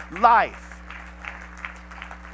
life